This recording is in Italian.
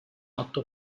otto